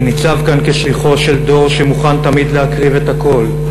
אני ניצב כאן כשליחו של דור שמוכן תמיד להקריב את הכול,